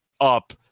up